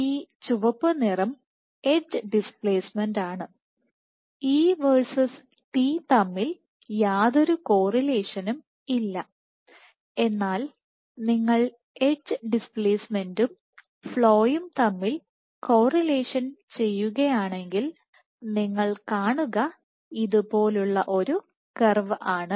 ഈ ചുവപ്പു നിറം എഡ്ജ് ഡിസ്പ്ലേസ്മെന്റാണ് E വേഴ്സസ് T തമ്മിൽ യാതൊരു കോറിലേഷനും ഇല്ല എന്നാൽ നിങ്ങൾ എഡ്ജ് ഡിസ്പ്ലേസ്മെൻറും ഫ്ലോയും തമ്മിൽ കോറിലേഷൻ ചെയ്യുകയാണെങ്കിൽ നിങ്ങൾ കാണുക ഇതുപോലുള്ള ഒരു കർവ് ആണ്